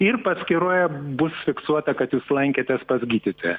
ir paskyroje bus fiksuota kad jūs lankėtės pas gydytoją